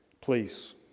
please